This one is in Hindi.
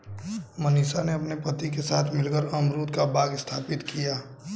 मनीषा ने अपने पति के साथ मिलकर अमरूद का बाग स्थापित किया